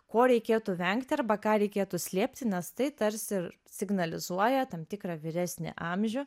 ko reikėtų vengti arba ką reikėtų slėpti nes tai tarsi signalizuoja tam tikrą vyresnį amžių